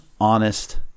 honest